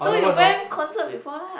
so you went concert before lah